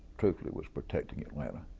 truthfully was protecting atlanta,